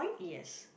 yes